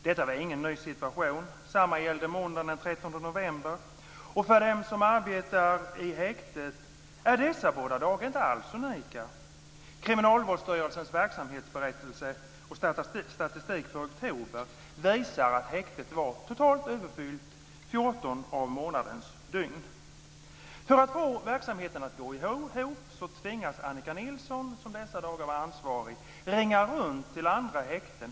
Detta var ingen ny situation. Samma sak gällde måndagen den 13 november. För dem som arbetar i häktet är dessa båda dagar inte alls unika. Kriminalvårdsstyrelsens verksamhetsberättelse och statistik för oktober visar att häktet var överfullt 14 av månadens dygn. För att få verksamheten att gå ihop tvingas Annika Nilsson, som dessa dagar var ansvarig, ringa runt till andra häkten.